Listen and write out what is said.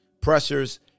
pressures